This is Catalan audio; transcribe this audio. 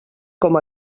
com